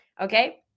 okay